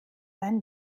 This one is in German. sein